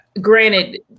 granted